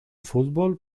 fútbol